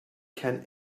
can